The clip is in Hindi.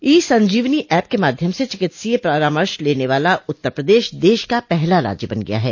ई संजीवनी ऐप के माध्यम से चिकित्सकीय परामर्श लेने वाला उत्तर प्रदेश देश का पहला राज्य बन गया है